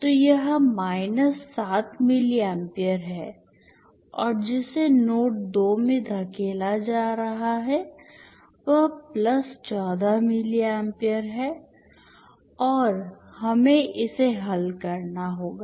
तो यह minus 7 milliampere है और जिसे नोड 2 में धकेला जा रहा है वह प्लस 14 मिली एम्पीयर है और हमें इसे हल करना होगा